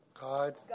God